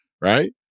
right